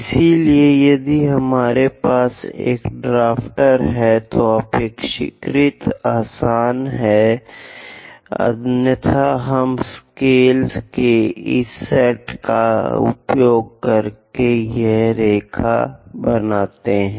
इसलिए यदि हमारे पास एक ड्राफ्टर है तो यह अपेक्षाकृत आसान है अन्यथा हम स्केल्स के इस सेट का उपयोग करते हैं और यह रेखा है